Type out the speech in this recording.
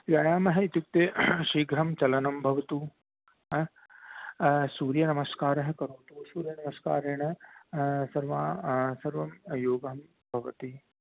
व्यायामः इत्युक्ते शीघ्रं चलनं भवतु सूर्यनमस्कारः करोतु सूर्यनमस्कारेण सर्वान् सर्वं योगं भवति